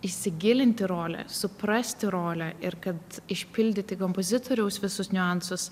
įsigilinti į rolę suprasti rolę ir kad išpildyti kompozitoriaus visus niuansus